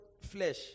flesh